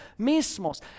mismos